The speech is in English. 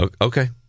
Okay